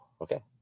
okay